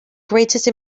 greatest